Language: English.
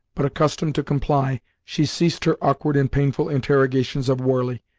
but accustomed to comply, she ceased her awkward and painful interrogations of warley,